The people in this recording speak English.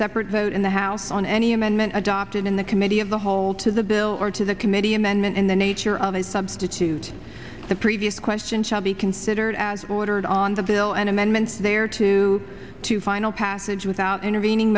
separate vote in the house on any amendment adopted in the committee of the whole to the bill or to the committee amendment in the nature of a substitute the previous question shall be considered as ordered on the bill and amendment there to two final passage without intervening